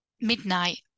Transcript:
Midnight